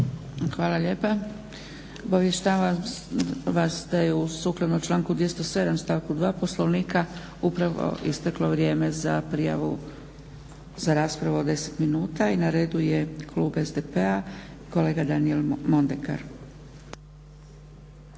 Hvala lijepa. Obavještavam vas da je sukladno članku 207.stavku 2. Poslovnika upravo isteklo vrijeme za prijavu za raspravu od 10 minuta. I na redu je klub SDP-a kolega Daniel MOndekar.